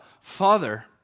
Father